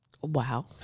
wow